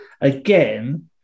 again